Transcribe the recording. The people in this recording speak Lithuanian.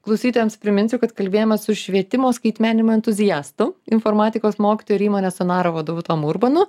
klausytojams priminsiu kad kalbėjomės už švietimo skaitmeninimo entuziastu informatikos mokytoju ir įmonė sonaro vadovu tomu urbonu